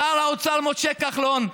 שר האוצר משה כחלון,